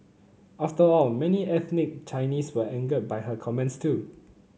after all many ethnic Chinese were angered by her comments too